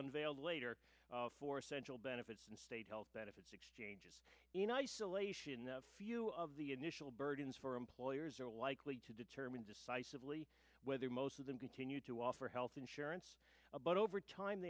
unveiled later for essential benefits and state health benefits exchanges in isolation the few of the initial burdens for employers are likely to determine decisively whether most of them continue to offer health insurance but over time